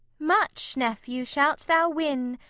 much, nephew, shalt thou win,